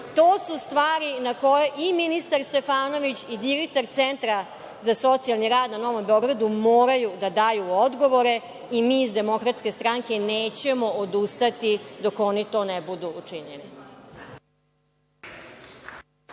su stvari na koje i ministar Stefanović i direktor Centra za socijalni rad na Novom Beogradu moraju da daju odgovore i mi iz Demokratske stranke nećemo odustati dok oni to ne budu učinili.